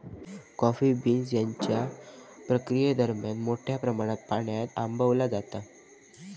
coffee beans त्यांच्या प्रक्रियेदरम्यान मोठ्या प्रमाणात पाण्यान आंबवला जाता